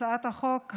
הצעת החוק,